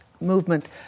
movement